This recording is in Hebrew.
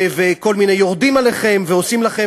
ויורדים עליכם ועושים לכם,